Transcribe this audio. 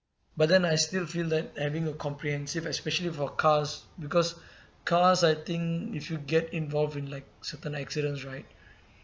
but then I still feel that having a comprehensive especially for cars because cars I think if you get involved in like certain accidents right